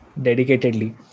dedicatedly